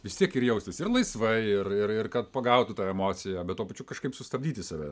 vistiek ir jaustis ir laisvai ir ir ir kad pagautų ta emocija bet tuo pačiu kažkaip sustabdyti save